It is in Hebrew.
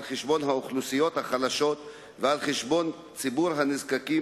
על חשבון האוכלוסיות החלשות ועל חשבון ציבור הנזקקים,